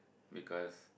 because